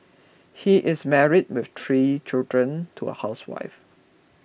he is married with three children to a housewife